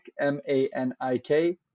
M-A-N-I-K